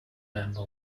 member